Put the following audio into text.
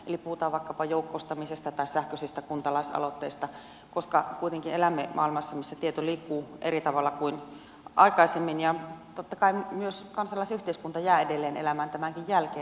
puhutaan vaikkapa joukkoistamisesta tai sähköisistä kuntalaisaloitteista koska kuitenkin elämme maailmassa missä tieto liikkuu eri tavalla kuin aikaisemmin ja totta kai myös kansalaisyhteiskunta jää edelleen elämään tämänkin jälkeen